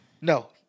No